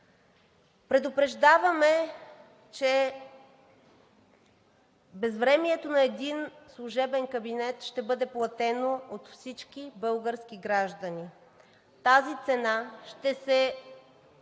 Предупреждаваме, че безвремието на един служебен кабинет ще бъде платено от всички български граждани. Тази цена ще се